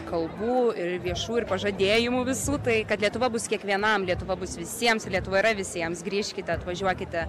kalbų ir viešų ir pažadėjimų visų tai kad lietuva bus kiekvienam lietuva bus visiems lietuva yra visiems grįžkite atvažiuokite